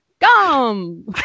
come